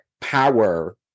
power